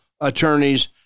attorneys